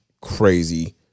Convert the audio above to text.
crazy